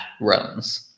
runs